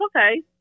Okay